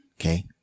okay